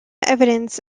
evidence